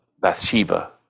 Bathsheba